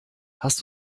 hast